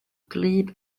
gwlyb